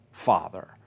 Father